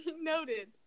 noted